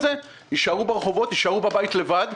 זה יישארו ברחובות ויישארו בבית לבד.